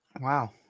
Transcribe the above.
Wow